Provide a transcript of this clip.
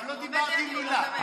אבל לא אמרתי מילה.